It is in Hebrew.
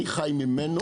אני חי ממנו.